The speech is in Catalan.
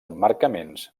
emmarcaments